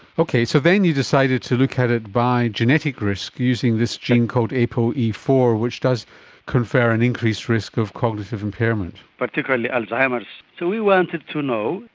okay, so then you decided to look at it via genetic risk, using this gene called apoe e four, which does confer an increased risk of cognitive impairment. particularly alzheimer's. so we wanted to know,